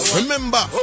Remember